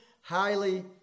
highly